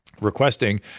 requesting